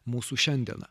mūsų šiandieną